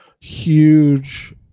huge –